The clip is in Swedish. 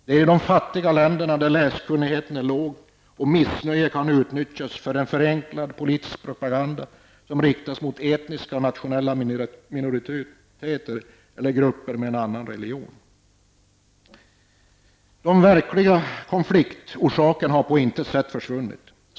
Det är i fattiga länder där läskunnigheten är ringa som människors missnöje kan utnyttjas i en förenklad politisk propaganda riktad mot etniska och nationella minoriteter eller grupper som har en avvikande religion. Men de verkliga konfliktorsakerna har på intet sätt försvunnit.